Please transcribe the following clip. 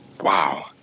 Wow